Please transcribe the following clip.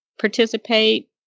participate